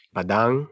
Padang